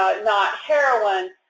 not heroin,